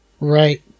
Right